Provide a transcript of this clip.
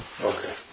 Okay